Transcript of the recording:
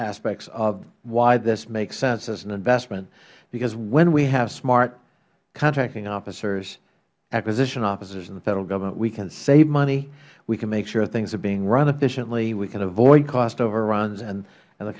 aspects of why this makes sense as an investment because when we have smart contracting officers acquisition officers in the federal government we can save money we can make sure things are being run efficiently we can avoid cost overruns and